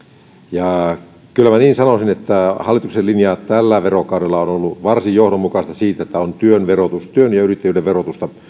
kyllä minä niin sanoisin että hallituksen linja tällä verokaudella on on ollut varsin johdonmukaista siinä että työn ja yrittäjyyden verotusta on